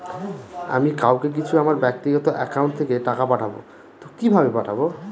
আমি কাউকে কিছু আমার ব্যাক্তিগত একাউন্ট থেকে টাকা পাঠাবো তো কিভাবে পাঠাবো?